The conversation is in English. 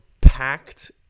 packed